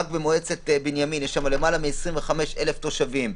במועצת בנימין יש למעלה מ-25,00 תושבים,